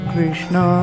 Krishna